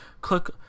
click